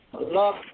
look